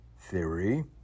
Theory